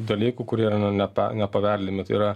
dalykų kurie yra nepa nepaveldimi tai yra